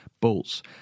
bolts